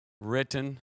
written